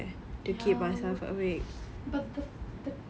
ya but the the